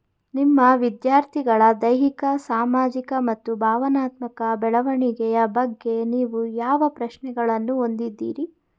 ನಿಮ್ಮ ವಿದ್ಯಾರ್ಥಿಗಳ ದೈಹಿಕ ಸಾಮಾಜಿಕ ಮತ್ತು ಭಾವನಾತ್ಮಕ ಬೆಳವಣಿಗೆಯ ಬಗ್ಗೆ ನೀವು ಯಾವ ಪ್ರಶ್ನೆಗಳನ್ನು ಹೊಂದಿದ್ದೀರಿ?